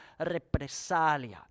represalia